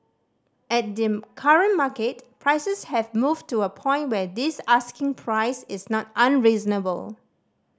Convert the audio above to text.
at the current market prices have moved to a point where this asking price is not unreasonable